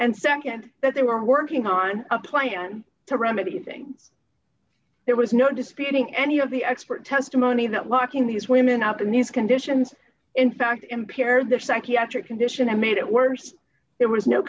and nd that they were working on a plan to remedy thing there was no disputing any of the expert testimony that locking these women up in these conditions in fact impair their psychiatric condition and made it worse it was no